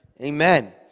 Amen